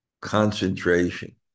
concentration